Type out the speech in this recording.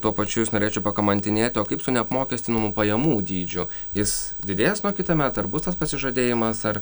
tuo pačiu jus norėčiau pakamantinėti o kaip su neapmokestinamu pajamų dydžiu jis didės nuo kitąmet ar bus tas pasižadėjimas ar